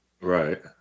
Right